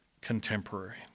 contemporary